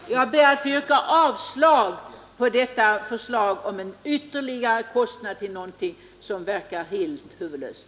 Fru talman! Jag ber att få yrka avslag på detta förslag om en Ytterligare kostnad till någonting som verkar helt huvudlöst.